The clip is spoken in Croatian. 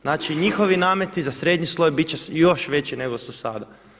Znači njihovi nameti za srednji sloj bit će još veći nego su sada.